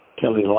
Kelly